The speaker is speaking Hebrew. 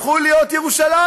הפכו להיות ירושלים?